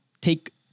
take